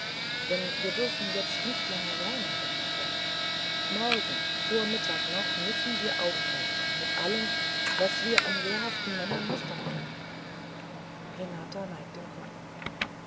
denn wir dürfen jetzt nicht länger säumen renata morgen vor mittag noch müssen wir aufbrechen mit allem was wir an wehrhaften männern mustern können renata neigt den kopf